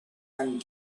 and